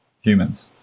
humans